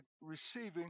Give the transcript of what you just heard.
receiving